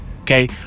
Okay